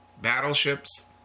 Battleships